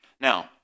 Now